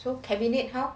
so cabinet how